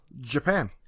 Japan